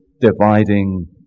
Dividing